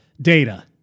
data